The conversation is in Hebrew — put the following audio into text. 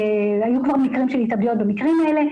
היו כבר מקרים של התאבדויות במקום הזה,